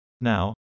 Now